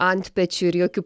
antpečių ir jokių